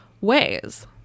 ways